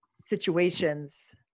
situations